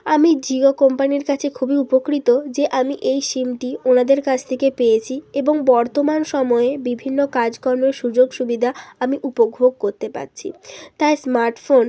আমি জিও কোম্পানির কাছে খুবই উপকৃত যে আমি এই সিমটি ওনাদের কাছ থেকে পেয়েছি এবং বর্তমান সময় বিভিন্ন কাজকর্মের সুযোগসুবিধা আমি উপভোগ করতে পারছি তাই স্মার্টফোন